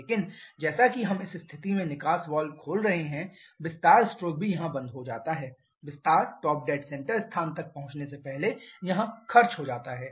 लेकिन जैसा कि हम इस स्थिति में निकास वाल्व खोल रहे हैं विस्तार स्ट्रोक भी यहाँ बंद हो जाता है विस्तार टॉप डैड सेंटर स्थान तक पहुंचने से पहले यहां खर्च हो जाता है